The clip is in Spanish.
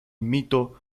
mito